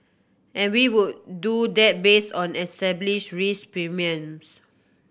and we would do that based on established risk premiums